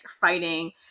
fighting